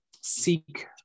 seek